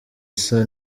isa